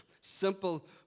simple